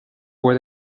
fue